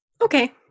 Okay